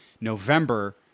November